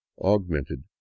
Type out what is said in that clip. augmented